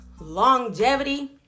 longevity